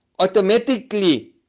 automatically